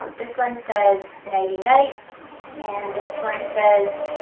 this one says nighty night and this one says.